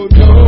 no